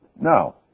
Now